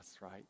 right